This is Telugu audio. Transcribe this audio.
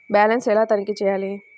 బ్యాలెన్స్ ఎలా తనిఖీ చేయాలి?